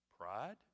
Pride